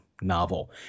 novel